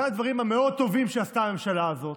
הדברים המאוד-טובים שעשתה הממשלה הזאת,